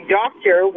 doctor